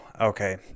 Okay